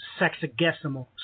sexagesimal